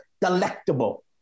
delectable